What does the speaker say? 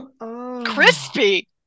Crispy